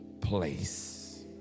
place